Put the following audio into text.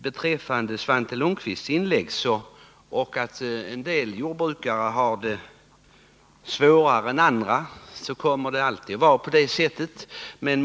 Beträffande Svante Lundkvists inlägg om att en del jordbrukare har det svårare än andra vill jag säga att så kommer det alltid att vara.